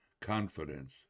confidence